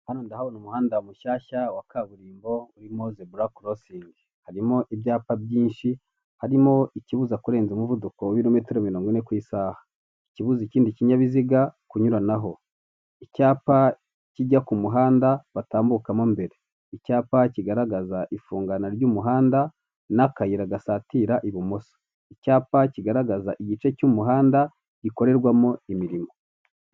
Hano ndahabona umuhanda mushyashya wa kaburimbo urimo zebura korosingi, harimo ibyapa byinshi harimo ikibuza kurenza umuvuduko w'ibirometero mirongo ine ku isaha, ikibuza ikindi kinyabiziga kunyuranaho, icyapa kijya ku muhanda batambukamo mbere, icyapa kigaragaza ifungana ry'umuhanda n'akayira gasatira ibumoso, icyapa kigaragaza igice cy'umuhanda gikorerwamo imirimo.